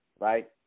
right